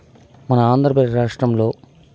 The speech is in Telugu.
మన ఆంధ్రప్రదేశ్ రాష్ట్రంలో